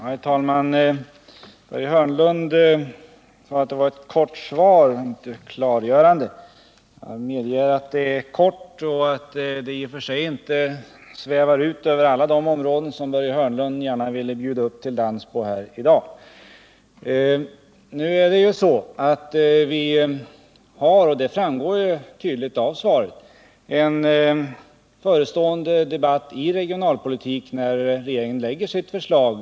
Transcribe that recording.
Herr talman! Börje Hörnlund sade att mitt svar var kort och att det inte var klargörande. Jag medger att det är kort och att det kanske inte svävar ut över alla de områden som Börje Hörnlund gärna ville bjuda upp till dans på i dag. Men som framgår av svaret förestår en regionalpolitisk debatt i samband med att regeringen lägger fram sitt förslag.